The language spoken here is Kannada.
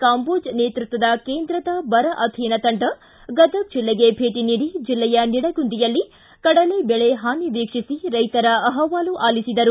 ಕಾಂಬೋಜ್ ನೇತೃತ್ವದ ಕೇಂದ್ರ ಬರ ಅಧ್ಯಯನ ತಂಡ ಗದಗ ಜಿಲ್ಲೆಗೆ ಭೇಟ ನೀಡಿ ಜಿಲ್ಲೆಯ ನಿಡಗುಂದಿಯಲ್ಲಿ ಕಡಲೆ ಬೆಳೆ ಹಾನಿ ವೀಕ್ಷಿಸಿ ರೈತರ ಅಹವಾಲು ಆಲಿಸಿದರು